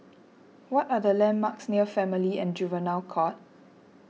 what are the landmarks near Family and Juvenile Court